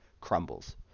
crumbles